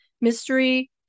Mystery